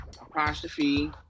apostrophe